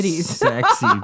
sexy